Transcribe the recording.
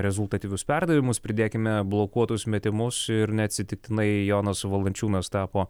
rezultatyvius perdavimus pridėkime blokuotus metimus ir neatsitiktinai jonas valančiūnas tapo